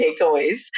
takeaways